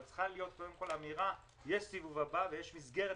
אבל צריכה להיות קודם כול אמירה שיש סיבוב נוסף ויש מסגרת.